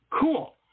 Cool